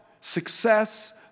success